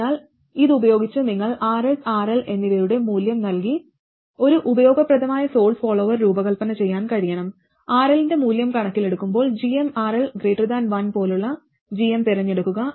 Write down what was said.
അതിനാൽ ഇതുപയോഗിച്ച് നിങ്ങൾക്ക് Rs RL എന്നിവയുടെ മൂല്യം നൽകി ഒരു ഉപയോഗപ്രദമായ സോഴ്സ് ഫോളോവർ രൂപകൽപ്പന ചെയ്യാൻ കഴിയണം RL ന്റെ മൂല്യം കണക്കിലെടുക്കുമ്പോൾ gmRL 1 പോലുള്ള gm തിരഞ്ഞെടുക്കുക